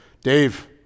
Dave